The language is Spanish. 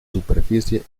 superficie